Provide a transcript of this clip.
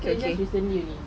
so it's just recently only